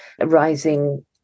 rising